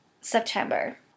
September